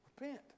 Repent